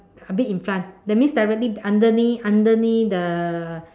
a bit in front that means directly underneath underneath the